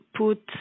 put